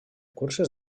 curses